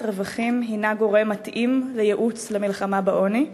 רווחים הנה גורם מתאים לייעוץ על מלחמה בעוני?